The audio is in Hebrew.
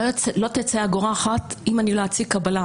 לא תצא אגורה אחת אם אני לא אציג קבלה.